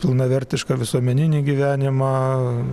pilnavertišką visuomeninį gyvenimą